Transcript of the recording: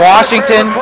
Washington